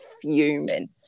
fuming